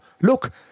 Look